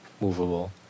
movable